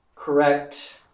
Correct